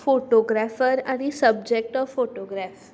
photographer आनी subject of photograph